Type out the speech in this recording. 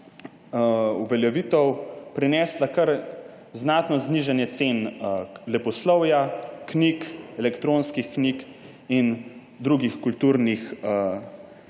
uveljavitev prinesla kar znatno znižanje cen leposlovja, knjig, elektronskih knjig in drugih kulturnih